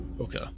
Okay